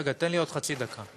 רגע, תן לי עוד חצי דקה.